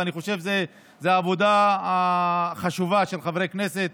ואני חושב שזו העבודה החשובה של חברי הכנסת,